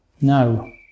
no